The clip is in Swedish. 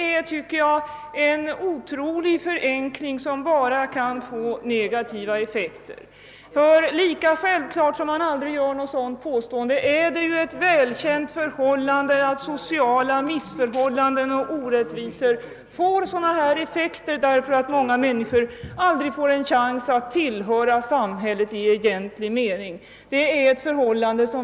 En sådan otrolig förenkling kan få svåra negativa effekter. Det är ett välkänt faktum att sociala missförhållanden och orättvisor kan leda till brottslighet därför att många människor aldrig fått känna att de tillhört samhället i egentlig mening.